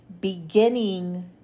beginning